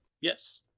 Yes